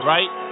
Right